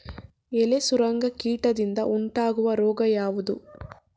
ಎಲೆ ಸುರಂಗ ಕೀಟದಿಂದ ಉಂಟಾಗುವ ರೋಗ ಯಾವುದು?